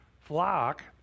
flock